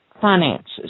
finances